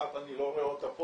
אחת אני לא רואה פה,